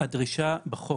הדרישה בחוק,